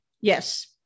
yes